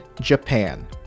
Japan